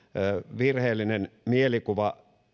virheellinen mielikuva